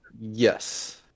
yes